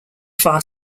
far